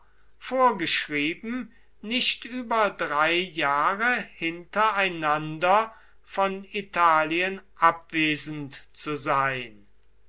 vorgeschrieben nicht über drei jahre hintereinander von italien abwesend zu sein